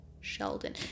Sheldon